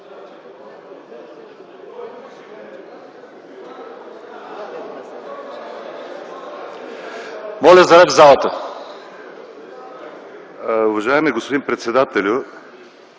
Моля за ред в залата!